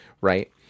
right